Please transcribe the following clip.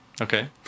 Okay